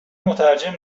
مترجم